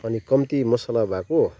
अनि कम्ती मसला भएको